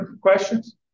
questions